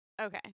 Okay